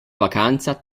vacanza